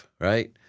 right